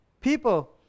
people